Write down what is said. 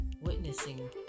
witnessing